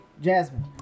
Jasmine